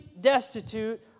destitute